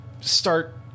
start